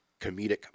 comedic